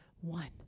one